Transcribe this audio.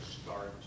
start